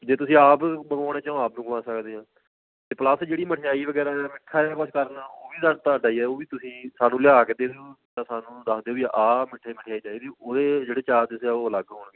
ਜੇ ਤੁਸੀਂ ਆਪ ਮੰਗਵਾਉਣੇ ਚਾਹੋ ਆਪ ਮੰਗਵਾ ਸਕਦੇ ਆ ਅਤੇ ਪਲੱਸ ਜਿਹੜੀ ਮਿਠਿਆਈ ਵਗੈਰਾ ਮਿੱਠਾ ਜਿਹਾ ਕੁਝ ਕਰਨਾ ਉਹ ਵੀ ਤੁਹਾਡਾ ਹੀ ਆ ਉਹ ਵੀ ਤੁਸੀਂ ਸਾਨੂੰ ਲਿਆ ਕੇ ਦੇ ਦਿਓ ਜਾਂ ਸਾਨੂੰ ਦੱਸ ਦਿਓ ਵੀ ਆਹ ਮਿੱਠਾ ਮਠਿਆਈ ਚਾਹੀਦੀ ਉਹਦੇ ਜਿਹੜੇ ਚਾਰਜਿਸ ਆ ਉਹ ਅਲੱਗ ਹੋਣਗੇ